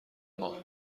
ماه